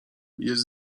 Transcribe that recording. jest